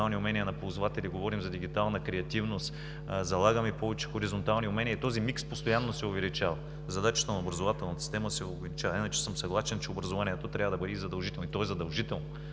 на ползватели, говорим за дигитална креативност. Залагаме повече хоризонтални умения и този микс постоянно се увеличава. Задачата на образователната система се увеличава. Иначе съм съгласен, че образованието трябва да бъде задължително, и то е задължително,